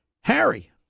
Harry